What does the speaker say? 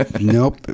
nope